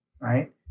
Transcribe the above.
right